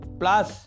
plus